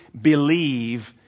believe